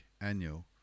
annual